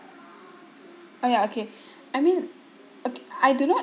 oh ya okay I mean o~ I do not